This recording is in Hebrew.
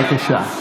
בושה.